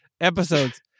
episodes